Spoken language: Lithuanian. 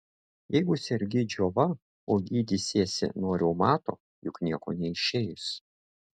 jeigu sergi džiova o gydysiesi nuo reumato juk nieko neišeis